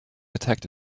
attacked